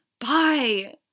Bye